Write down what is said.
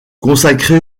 consacré